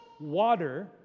water